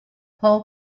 pohl